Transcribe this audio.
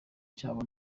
cyabo